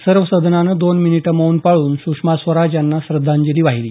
सर्व सदनानं दोन मिनिटं मौन पाळून सुषमा स्वराज यांना श्रद्धांजली वाहिली